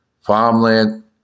farmland